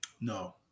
No